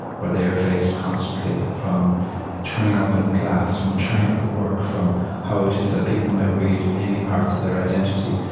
where they are faced constantly, from turning up in class, from turning up at work, from how it is that people people might read any parts of their identity,